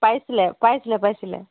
পাইছিল পাইছিল পাইছিল